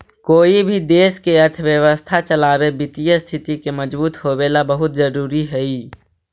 कोई भी देश के अर्थव्यवस्था चलावे वित्तीय स्थिति के मजबूत होवेला बहुत जरूरी हइ